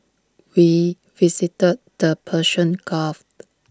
we visited the Persian gulf